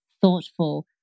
thoughtful